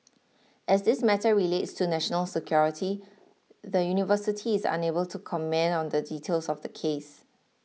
as this matter relates to national security the university is unable to comment on the details of the case